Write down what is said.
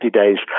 days